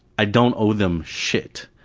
i don't owe them shit!